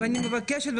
אני מבקשת,